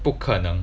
不可能